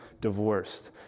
divorced